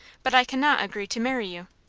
but i cannot agree to marry you.